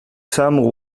some